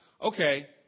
okay